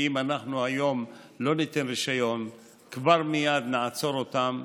כי אם אנחנו היום לא ניתן רישיון וכבר מייד נעצור אותם,